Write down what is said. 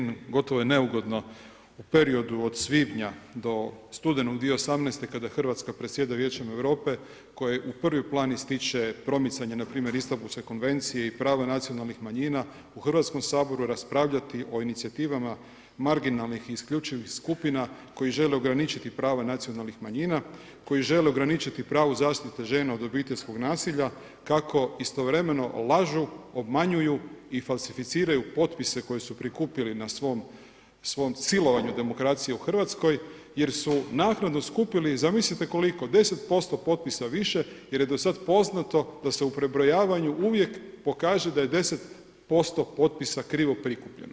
Uvaženi kolega Grbin, gotovo je neugodno u periodu od svibnja do studenog 2018. kada Hrvatska predsjeda Vijećem Europe koje u prvi plan ističe promicanja npr. Istanbulske konvencije i prava nacionalnih manjina, u Hrvatskom saboru raspravljati o inicijativama marginalnih, isključivih skupina koje žele ograničiti prava nacionalnih manjina, koji žele ograničiti pravo zaštite žena od obiteljskog nasilja kako istovremenu lažu, obmanjuju i falsificiraju potpise koje su prikupili na svom silovanju demokracije u Hrvatskoj jer su naknadno skupili zamislite koliko, 10% potpisa više jer je do sad poznato da se u prebrojavanju uvijek pokaže da je 10% potpisa krivo prikupljeno.